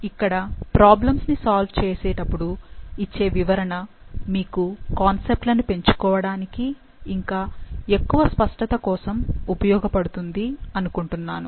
ఇక్కడ ప్రాబ్లమ్స్ ని సాల్వ్ చేసేటపుడు ఇచ్చే వివరణ మీకు కాన్సెప్ట్ లను పెంచుకోవడానికి ఇంకా ఎక్కువ స్పష్టత కోసము ఉపయోగపడుతుంది అనుకుంటున్నాను